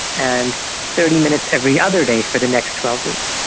and thirty minutes every other day for the next twelve weeks.